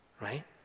Right